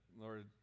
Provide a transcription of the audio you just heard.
Lord